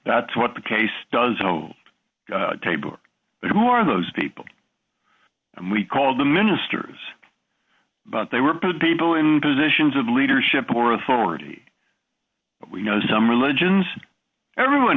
that's what the case does know taber who are those people and we called the ministers but they were put people in positions of leadership or authority you know some religions everyone